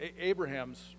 Abraham's